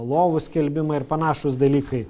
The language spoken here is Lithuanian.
lovų skelbimai ir panašūs dalykai